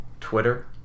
twitter